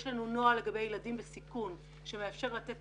יש לנו נוהל לגבי ילדים בסיכון שמאפשר לתת